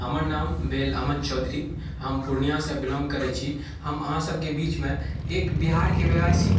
हमर नाम भेल अमन चौधरी हम पूर्णियाँसँ बिलोङ्ग करैत छी हम अहाँ सभकेँ बीचमे एक बिहारके व्यवासायिक